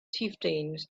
chieftains